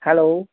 hello